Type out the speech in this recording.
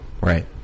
Right